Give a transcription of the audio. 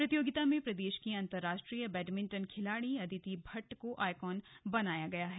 प्रतियोगिता में प्रदेश की अन्तर्राष्ट्रीय बैडमिंटन खिलाड़ी अदिति भट्ट को आइकन बनाया गया है